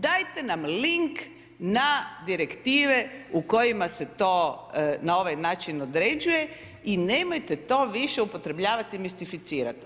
Dajte nam link na direktive, u kojima se to na ovaj način određuje i nemojte to više upotrebljavati, mistificirati.